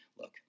look